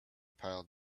pile